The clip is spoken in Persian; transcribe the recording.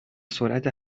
سرعت